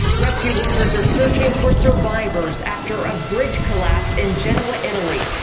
rescue workers are searching for survivors after a bridge collapse in genoa, italy.